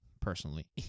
personally